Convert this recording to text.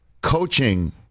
coaching